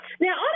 Now